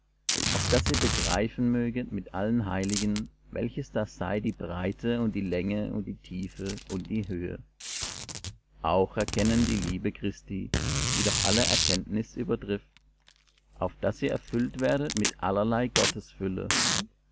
auf daß ihr begreifen möget mit allen heiligen welches da sei die breite und die länge und die tiefe und die höhe auch erkennen die liebe christi die doch alle erkenntnis übertrifft auf daß ihr erfüllt werdet mit allerlei